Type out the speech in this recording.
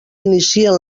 inicien